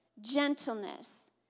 gentleness